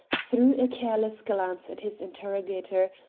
threw a careless glance at his interrogator,